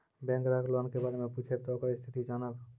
Bank ग्राहक loan के बारे मैं पुछेब ते ओकर स्थिति जॉनब?